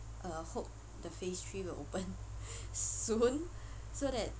uh hope the phase three would open soon so that